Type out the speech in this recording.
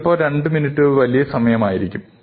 ചിലപ്പോൾ രണ്ടു മിനിറ്റ് ഒരു വലിയ സമയം ആയിരിക്കും